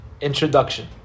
Introduction